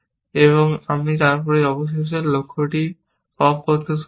এবং তারপর আমি অবশেষে লক্ষ্যটি পপ করতে সক্ষম